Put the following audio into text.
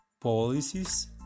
policies